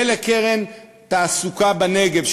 ולקרן תעסוקה בנגב,